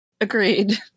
agreed